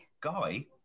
guy